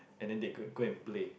and then they go and go and play